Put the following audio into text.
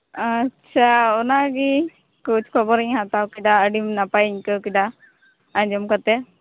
ᱟᱪᱪᱷᱟ ᱚᱱᱟᱜᱤ ᱠᱷᱳᱡ ᱠᱷᱚᱵᱚᱨᱤᱧ ᱦᱟᱛᱟᱣ ᱠᱮᱫᱟ ᱟᱹᱰᱤ ᱱᱟᱯᱟᱭᱤᱧ ᱟᱹᱭᱠᱟᱹᱣ ᱠᱮᱫᱟ ᱟᱸᱡᱚᱢ ᱠᱟᱛᱮ